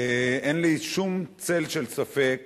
ואין לי שום צל של ספק